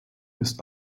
ist